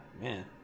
Man